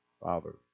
Father